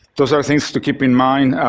those are things to keep in mind.